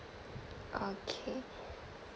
okay